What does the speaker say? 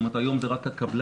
זאת אומרת היום זה רק הקבלן,